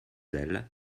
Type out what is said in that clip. elle